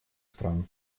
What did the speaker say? стран